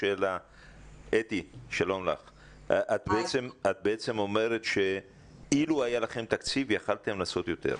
את בעצם אומרת שאילו היה לכם תקציב יכולתם לעשות יותר.